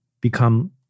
become